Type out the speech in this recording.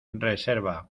reserva